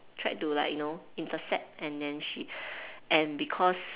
tried to like you know intercept and then she and because